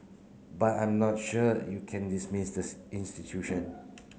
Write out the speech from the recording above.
but I'm not sure you can dismiss the institution